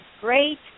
great